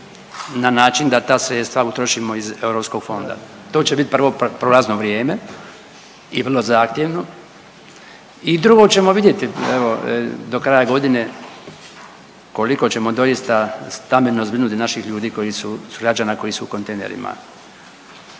na način da ta sredstva utrošimo iz europskog fonda. To će biti prvo prolazno vrijeme i vrlo zahtjevno. I drugo ćemo vidjeti evo do kraja godine koliko ćemo doista stambeno zbrinuti naših ljudi koji su, građana koji su u kontejnerima.